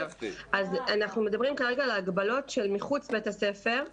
אנחנו מדברים כרגע על ההגבלות שמחוץ לבית הספר לילדים,